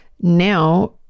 now